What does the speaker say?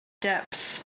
depth